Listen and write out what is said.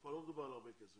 פה לא מדובר על הרבה כסף.